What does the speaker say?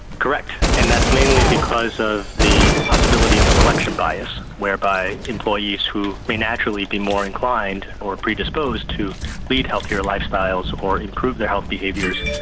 correct, and that's mainly because of the possibility of selection bias whereby employees who may naturally be more inclined or are predisposed to lead healthier lifestyles or improve their health behaviours,